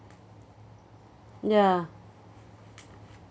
ya